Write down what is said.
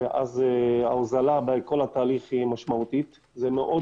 אז יש הוזלה משמעותית בכל התהליך אבל זה מאוד